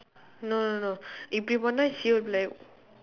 no no no if she'll be like